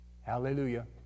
Hallelujah